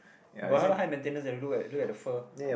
you got a lot high maintenance eh look at look at the fur